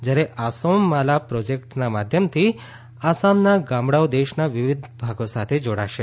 જયારે આસોમ માલા પ્રોજેકટના માધ્યમથી આસામના ગામડાઓ દેશના વિવિધ ભાગો સાથે જોડાશે